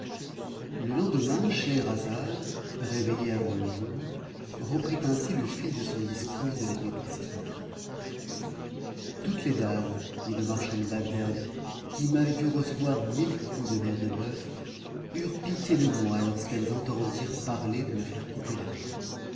le lendemain scheherazade réveillée avant le jour reprit ainsi le fil de son discours de la nuit précédente toutes les dames dit le marchand de bagdad qui m'avaient vu recevoir mille coups de nerf de boeuf eurent pitié de moi lorsqu'elles entendirent parler de me faire couper la main